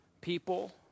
people